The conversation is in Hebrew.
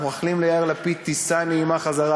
אנחנו מאחלים ליאיר לפיד טיסה נעימה חזרה